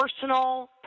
personal